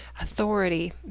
authority